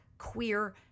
Queer